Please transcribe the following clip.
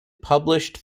published